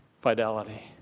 fidelity